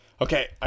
Okay